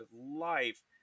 life